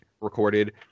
recorded